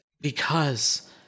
Because